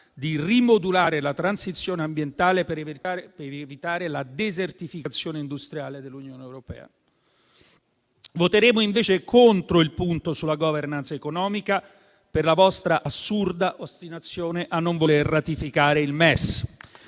di rimodulare la transizione ambientale per evitare la desertificazione industriale dell'Unione europea. Voteremo invece contro il punto sulla *governance* economica per la vostra assurda ostinazione a non voler ratificare il MES